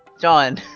John